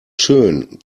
schön